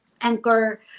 anchor